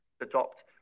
adopt